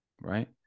right